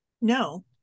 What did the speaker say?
no